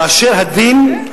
כאשר הדין,